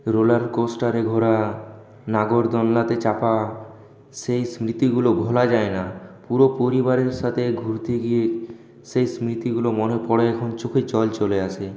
roller কোস্টারে ঘোরা নাগরদোলনাতে চাপা সেই স্মৃতিগুলো ভোলা যায় না পুরো পরিবারের সাথে ঘুরতে গিয়ে সে স্মৃতিগুলো মনে পড়ে এখন চোখে জল চলে আসে